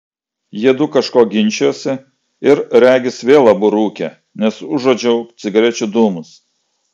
jiedu kažko ginčijosi ir regis vėl abu rūkė nes užuodžiau cigarečių dūmus